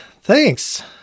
thanks